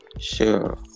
Sure